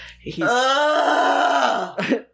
He's-